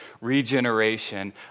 regeneration